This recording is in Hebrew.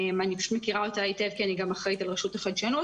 אני פשוט מכירה אותה היטב כי אני גם אחראית על רשות החדשנות.